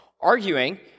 Arguing